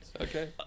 Okay